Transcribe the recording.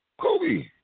Kobe